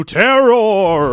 terror